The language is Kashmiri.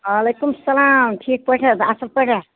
وعلیکُم سَلام ٹھیٖک پٲٹھۍ حظ اَصٕل پٲٹھۍ حظ